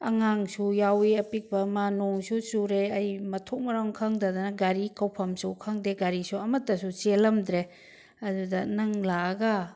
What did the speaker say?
ꯑꯉꯥꯡꯁꯨ ꯌꯥꯎꯏ ꯑꯄꯤꯛꯄ ꯑꯃ ꯅꯣꯡꯁꯨ ꯆꯨꯔꯦ ꯑꯩ ꯃꯊꯣꯡ ꯃꯔꯝ ꯈꯪꯗꯗꯅ ꯒꯥꯔꯤ ꯀꯧꯐꯝꯁꯨ ꯈꯪꯗꯦ ꯒꯥꯔꯤꯁꯨ ꯑꯃꯠꯇꯁꯨ ꯆꯦꯜꯂꯝꯗ꯭ꯔꯦ ꯑꯗꯨꯗ ꯅꯪ ꯂꯥꯛꯑꯒ